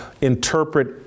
interpret